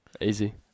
Easy